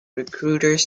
recruiters